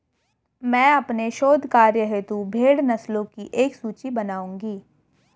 मैं अपने शोध कार्य हेतु भेड़ नस्लों की एक सूची बनाऊंगी